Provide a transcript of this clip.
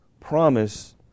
promise